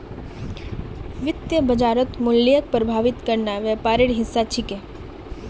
वित्तीय बाजारत मूल्यक प्रभावित करना व्यापारेर हिस्सा छिके